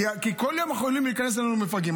כי כל יום יכולים להיכנס לנו מפגעים.